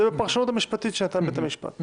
זו הפרשנות המשפטית שנתן בית המשפט.